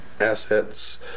assets